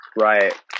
right